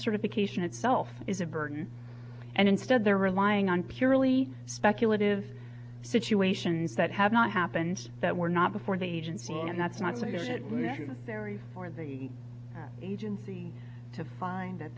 certification itself is a burden and instead they're relying on purely speculative situations that have not happened that were not before the agency and that's not say it necessary for the agency to find that